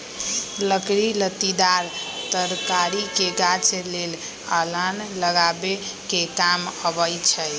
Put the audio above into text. लकड़ी लत्तिदार तरकारी के गाछ लेल अलान लगाबे कें काम अबई छै